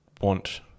want